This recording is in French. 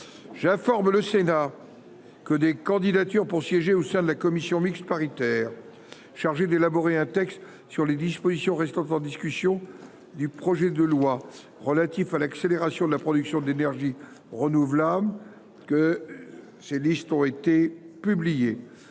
J'informe le Sénat que des candidatures pour siéger au sein de la commission mixte paritaire chargée d'élaborer un texte sur les dispositions restant en discussion du projet de loi relatif à l'accélération de la production d'énergies renouvelables ont été publiées.